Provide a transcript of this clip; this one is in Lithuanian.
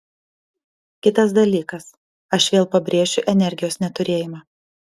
kitas dalykas aš vėl pabrėšiu energijos neturėjimą